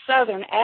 southern